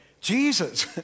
Jesus